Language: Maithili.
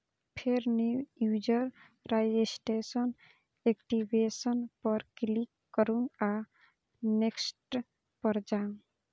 फेर न्यू यूजर रजिस्ट्रेशन, एक्टिवेशन पर क्लिक करू आ नेक्स्ट पर जाउ